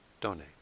donate